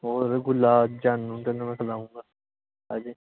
ਹੋਰ ਗੁਲਾਬ ਜਾਮਨ ਤੈਨੂੰ ਮੈਂ ਖਿਲਾਊਗਾ ਆਜੀ